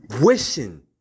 wishing